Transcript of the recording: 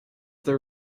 there